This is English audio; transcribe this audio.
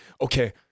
okay